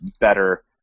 better